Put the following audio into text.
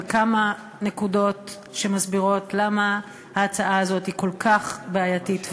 על כמה נקודות שמסבירות למה ההצעה הזו כל כך בעייתית ורעה.